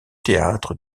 théâtre